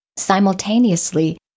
Simultaneously